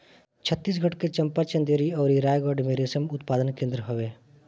छतीसगढ़ के चंपा, चंदेरी अउरी रायगढ़ में रेशम उत्पादन केंद्र हवे